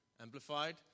Amplified